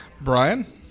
Brian